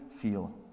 feel